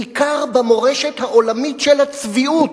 הוא עוסק בעיקר במורשת העולמית של הצביעות.